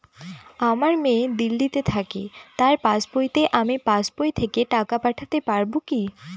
আমার মেয়ে দিল্লীতে থাকে তার পাসবইতে আমি পাসবই থেকে টাকা পাঠাতে পারব কি?